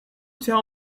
tell